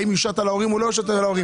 האם יושת על ההורים או לא יושת על ההורים?